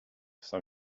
cinq